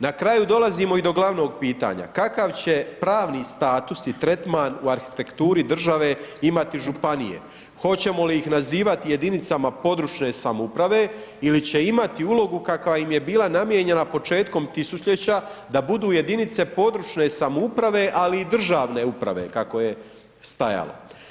Na kraju dolazimo i do glavnog pitanja, kakav će pravni status i tretman u arhitekturi države, hoćemo li ih nazivati jedinicama područne samouprave ili će imati ulogu kakva im je bila namijenjena početkom tisućljeća da budu jedinice područne samouprave ali i državne uprave kako je stajalo.